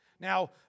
Now